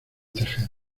tejer